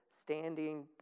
standing